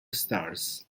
stars